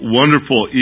wonderful